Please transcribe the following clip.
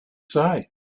say